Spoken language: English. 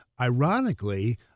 Ironically